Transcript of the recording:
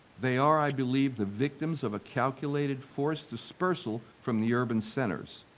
they are, i believe, the victims of a calculated forced dispersal from the urban centers.